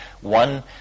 One